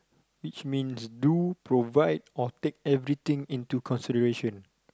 teach means do provide or take everything into consideration